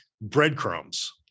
breadcrumbs